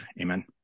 Amen